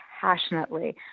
passionately